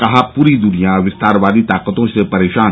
कहा प्री द्वनिया विस्तारवादी ताकतों से परेशान